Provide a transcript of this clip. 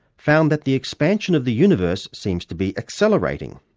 found that the expansion of the universe seems to be accelerating.